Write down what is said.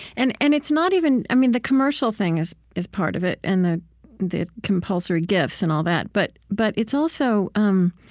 and and it's not even i mean, the commercial thing is is part of it, and the the compulsory gifts, and all that. but but it's also, um